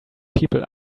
people